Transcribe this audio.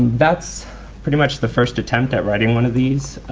that's pretty much the first attempt at writing one of these.